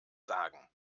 sagen